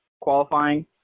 qualifying